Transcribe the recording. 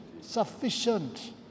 sufficient